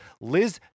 Liz